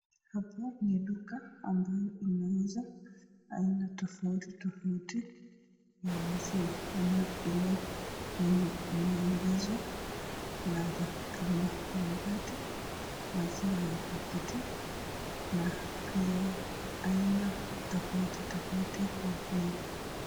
Hapa ni duka ambayo inauza aina tofauti tofauti ya maziwa ama ile yenye imeongezwa ladha kama yoghurt ,maziwa ya pakiti na pia aina tofauti tofauti ya flavour .